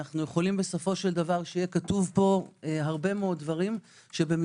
אנו יכולים שיהיה כתוב פה הרבה מאוד דברים שבמבחן